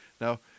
Now